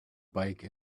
bike